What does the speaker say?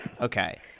Okay